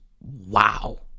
wow